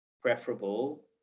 preferable